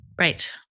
Right